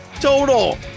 total